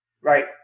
right